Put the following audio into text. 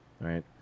right